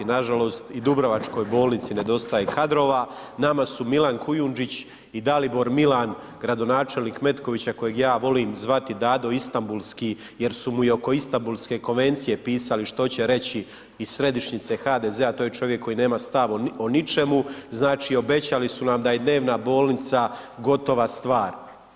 Nažalost i Dubrovačkoj bolnici nedostaje kadrova, nama su Milan Kujundžić i Dalibor Milan gradonačelnik Metkovića kojeg ja volim zvati Dado Istambulski jer su mi i oko Istambulske konvencije pisali što će reći iz središnjice HDZ-a, to je čovjek koji nema stav o ničemu, znači obećali su nam da je dnevna bolnica gotova stvar.